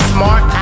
Smart